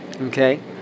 Okay